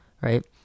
right